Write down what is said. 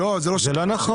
זה לא נכון.